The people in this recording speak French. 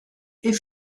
est